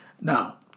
Now